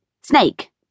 Snake